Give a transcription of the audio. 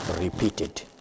repeated